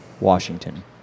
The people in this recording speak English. Washington